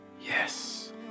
Yes